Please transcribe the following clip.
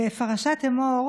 בפרשת אמור